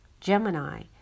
Gemini